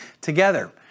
together